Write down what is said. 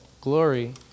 glory